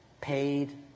Paid